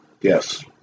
Yes